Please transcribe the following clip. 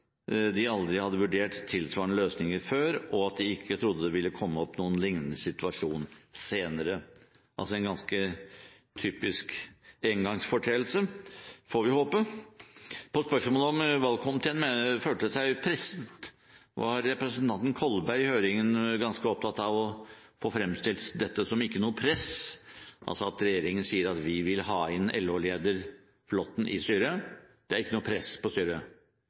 de aldri hadde vurdert tilsvarende løsninger før, og at de ikke trodde det ville komme opp noen lignende situasjon senere – altså en ganske typisk engangsforeteelse, får vi håpe. På spørsmål om valgkomiteen følte seg presset, var representanten Kolberg i høringen ganske opptatt av å få fremstilt dette som om det ikke var noe press. Han sa at det at regjeringen sier at vi vil ha inn LO-leder Flåthen i styret, er ikke noe press på styret